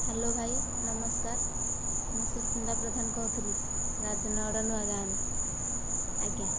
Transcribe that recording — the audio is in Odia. ହ୍ୟାଲୋ ଭାଇ ନମସ୍କାର ମୁଁ ସୁସ୍ମିତା ପ୍ରଧାନ କହୁଥିଲି ରାଜନଗଡ଼ ନୂଆ ଗାଁ'ରୁ ଆଜ୍ଞା